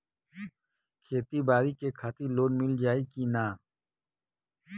खेती बाडी के खातिर लोन मिल जाई किना?